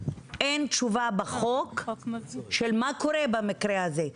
אין תשובה בחוק של מה קורה במקרה הזה?